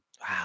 Wow